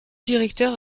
directeur